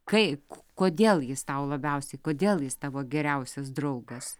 kaip kodėl jis tau labiausiai kodėl jis tavo geriausias draugas